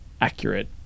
accurate